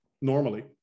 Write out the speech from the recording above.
normally